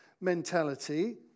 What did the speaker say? mentality